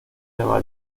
nueva